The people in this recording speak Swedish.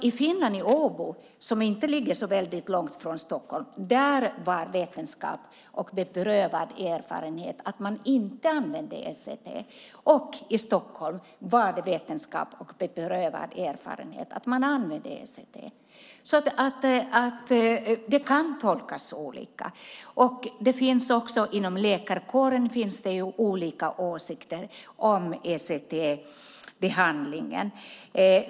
I Finland, i Åbo, som inte ligger så långt från Stockholm, var vetenskap och beprövad erfarenhet att man inte använde ECT, och i Stockholm var det vetenskap och beprövad erfarenhet att man använde ECT. Det kan alltså tolkas olika. Inom läkarkåren finns det också olika åsikter om ECT-behandling.